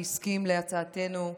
שהסכים להצעתנו,